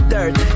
Dirt